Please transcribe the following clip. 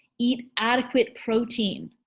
eat adequate protein.